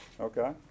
okay